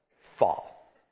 fall